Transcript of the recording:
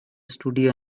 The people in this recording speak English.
studio